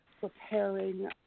preparing